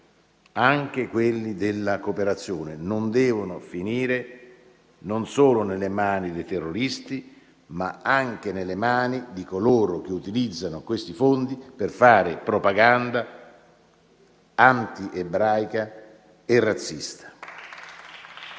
anche quelli della cooperazione: non devono finire non solo nelle mani dei terroristi, ma neanche nelle mani di coloro che utilizzano questi fondi per fare propaganda antiebraica e razzista.